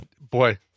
Boy